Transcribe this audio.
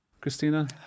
Christina